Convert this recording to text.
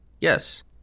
Yes